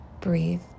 breathe